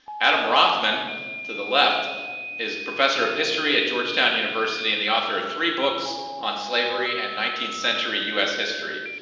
adam rothman to the left is professor of history at georgetown university and the author of three books on slavery and nineteenth century us history,